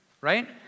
right